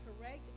correct